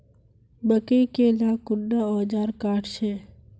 मकई के ला कुंडा ओजार काट छै?